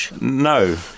No